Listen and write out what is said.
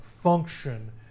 function